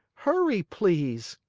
hurry, please!